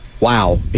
wow